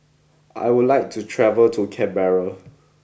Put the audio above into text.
I would like to travel to Canberra